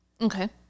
Okay